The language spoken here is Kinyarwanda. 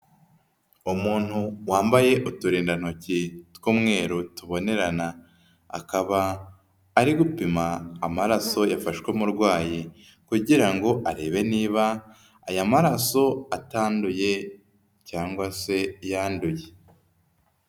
Umuntu wambaye uturindantoki tw'umweru tubonerana, akaba ari gupima amaraso yafashwe umurwayi kugira ngo arebe niba aya maraso atanduye cyangwa se yanduye.